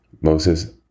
Moses